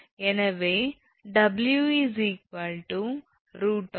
எனவே 𝑊𝑒 √ 0